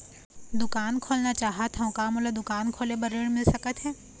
दुकान खोलना चाहत हाव, का मोला दुकान खोले बर ऋण मिल सकत हे?